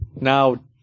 now